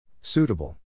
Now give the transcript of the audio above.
Suitable